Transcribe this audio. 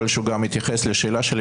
יכול להיות שהוא גם יתייחס לשאלה שלי,